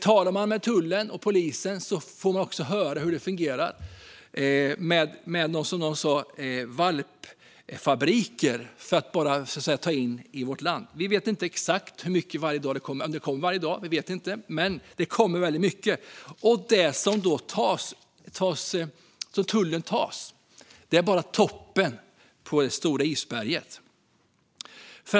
Talar man med tullen och polisen får man också höra hur det fungerar med valpfabriker för att föra in hundar i vårt land. Vi vet inte exakt hur många som kommer hit, men det är många som kommer hit. Och de som tullen tar är bara toppen på det stora isberget.